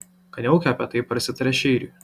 kaniauka apie tai prasitarė šeiriui